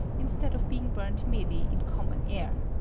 instead of being burnt merely in common air.